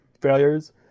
failures